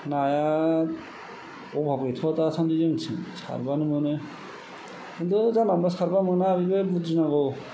नाया अबाब गैथ'आ दासान्दि जोंनिथिं सारबानो मोनो खिन्थु जानला मोनला सारबा मोना बेबो बुददिनांगौ